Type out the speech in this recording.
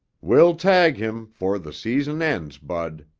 we'll tag him fore the season ends, bud.